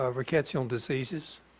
ah rickettsial diseases.